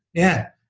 yeah.